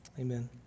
Amen